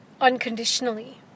unconditionally